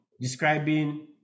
describing